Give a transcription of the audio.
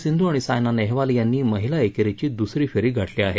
सिद्धीआणि सायना नेहवाल यापीी महिला एकेरीची दुसरी फेरी गाठली आहे